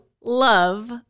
love